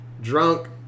Drunk